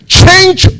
change